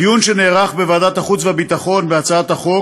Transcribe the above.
בדיון שנערך בוועדת החוץ והביטחון בהצעת החוק